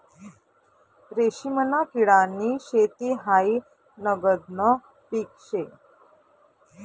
रेशीमना किडानी शेती हायी नगदनं पीक शे